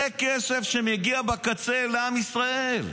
זה כסף שמגיע בקצה לעם ישראל.